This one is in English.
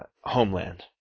Homeland